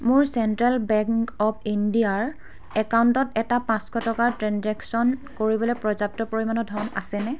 মোৰ central bank of ইণ্ডিয়াৰ একাউণ্টত এটা পাঁচশ টকাৰ ট্ৰেঞ্জেকচন কৰিবলৈ পৰ্যাপ্ত পৰিমাণৰ ধন আছেনে